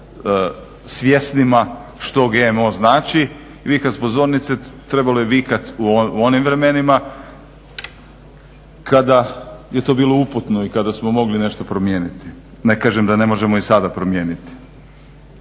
svjesnima što GMO znači. Vi kad s pozornice, trebalo je vikat u onim vremenima kada je to bilo uputno i kada smo mogli nešto promijeniti, ne kažem da ne možemo i sada promijeniti.